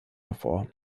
hervor